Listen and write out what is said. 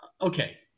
okay